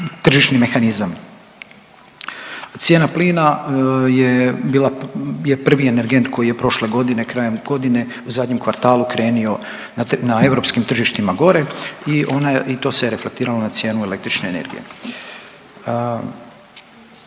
tržišni mehanizam. Cijena plina je bila, je prvi energent koji je prošle godine, krajem godine u zadnjem kvartalu krenio na europskim tržištima gore i to se reflektiralo na cijenu električne energije.